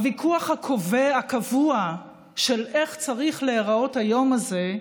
הוויכוח הקבוע של איך צריך להיראות היום הזה,